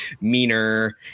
meaner